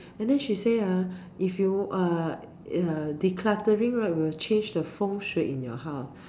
and then she say ah if you err decluttering right will change the feng-shui in your house